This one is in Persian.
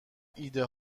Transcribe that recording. ایده